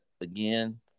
again